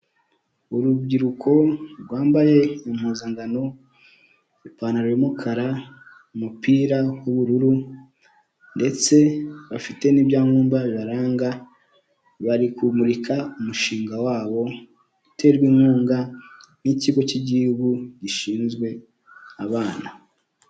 Urubyiruko rwambaye impuzankano, ipantaro y'umukara umupira w'ubururu, ndetse bafite n'ibyangombwa bibaranga, bari kumurika umushinga wabo, uterwa inkunga n'ikigo cy'igihugu gishinzwe abana.